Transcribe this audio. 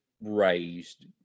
raised